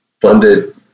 funded